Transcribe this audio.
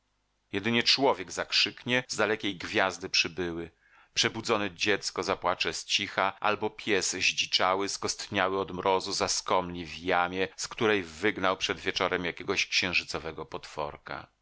jedynie człowiek zakrzyknie z dalekiej gwiazdy przybyły przebudzone dziecko zapłacze z cicha albo pies zdziczały skostniały od mrozu zaskomli w jamie z której wygnał przed wieczorem jakiegoś księżycowego potworka